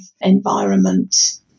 environment